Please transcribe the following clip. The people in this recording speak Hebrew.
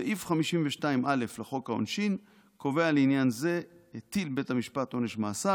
סעיף 52(א) לחוק העונשין קובע לעניין זה: "הטיל בית המשפט עונש מאסר,